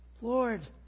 Lord